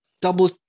Double